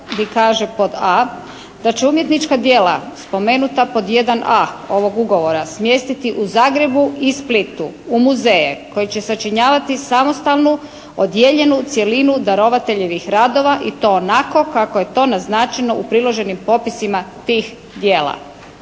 da će umjetnička djela spomenuta pod 1.A, ovog ugovora smjestiti u Zagrebu i Splitu, u muzeje koje će sačinjavati samostalnu, odjeljenju cjelinu darovateljevih radova i to onako kako je to naznačeno u priloženim popisima tih djela.